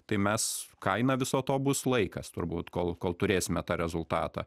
tai mes kaina viso to bus laikas turbūt kol kol turėsime tą rezultatą